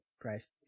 price